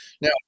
Now